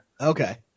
Okay